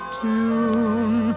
tune